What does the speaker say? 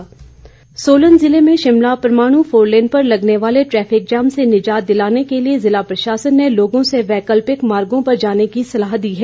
जाम सोलन जिले में शिमला परवाणू फोरलेन पर लगने वाले ट्रैफिक जाम से निजात दिलाने के लिए ज़िला प्रशासन ने लोगों से वैकल्पिक मार्गों पर जाने की सलाह दी है